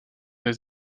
les